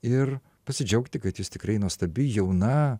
ir pasidžiaugti kad jūs tikrai nuostabi jauna